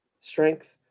strength